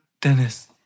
Dennis